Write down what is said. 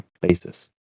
basis